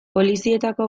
polizietako